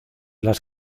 las